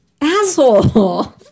Asshole